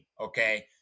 okay